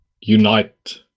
unite